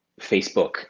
Facebook